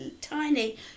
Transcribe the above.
tiny